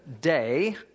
day